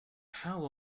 how